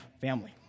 family